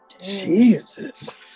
Jesus